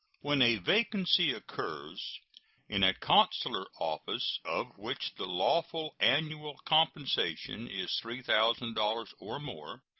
when a vacancy occurs in a consular office of which the lawful annual compensation is three thousand dollars or more,